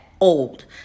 old